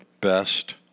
best